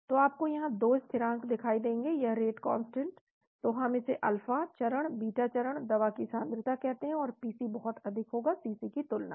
तो आपको यहाँ 2 स्थिरांक दिखाई देंगे यह रेट कांस्टेंट तो हम इसे अल्फा चरण बीटा चरण दवा की सांद्रता कहते हैं और PC बहुत अधिक होगा CC की तुलना में